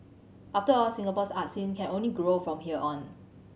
after all Singapore's art scene can only grow from here on